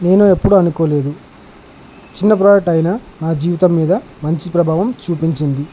నేను ఎప్పుడు అనుకోలేదు చిన్న ప్రాడక్ట్ అయినా నా జీవితం మీద మంచి ప్రభావం చూపించింది